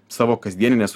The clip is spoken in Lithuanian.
savo kasdieninės